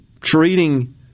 treating